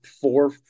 four